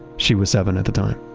she was seven at the time.